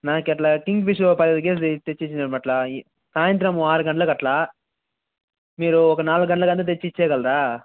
నాకు అలా కింగ్ఫిషర్ ఒక పదిహేను కేసులు తెచ్చి ఇచ్చి అలా సాయంత్రము ఆరు గంటలకి అలా మీరు ఒక నాలుగు గంటలకంతా తెచ్చి ఇచ్చేయి గలరా